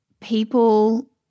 people